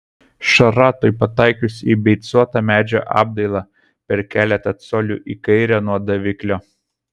šratui pataikius į beicuotą medžio apdailą per keletą colių į kairę nuo daviklio